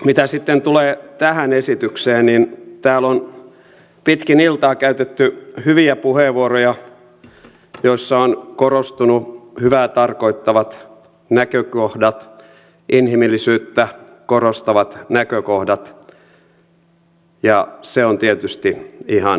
mitä sitten tulee tähän esitykseen niin täällä on pitkin iltaa käytetty hyviä puheenvuoroja joissa on korostunut hyvää tarkoittavat näkökohdat inhimillisyyttä korostavat näkökohdat ja se on tietysti ihan oikein